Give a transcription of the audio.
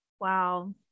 Wow